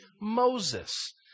Moses